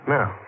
Now